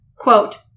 Quote